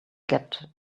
get